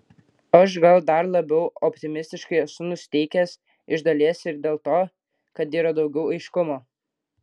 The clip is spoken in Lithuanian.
aš gal dar labiau optimistiškai esu nusiteikęs iš dalies ir dėl to kad yra daugiau aiškumo